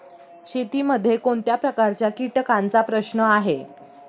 शेतीमध्ये कोणत्या प्रकारच्या कीटकांचा प्रश्न आहे?